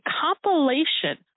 compilation